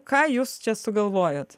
ką jūs čia sugalvojot